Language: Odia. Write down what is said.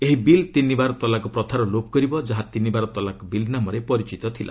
ଏହି ବିଲ୍ ତିନିବାର ତଲାକ ପ୍ରଥାର ଲୋପ କରିବ ଯାହା ତିନିବାର ତଲାକ୍ ବିଲ୍ ନାମରେ ପରିଚିତ ଥିଲା